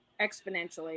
exponentially